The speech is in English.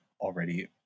already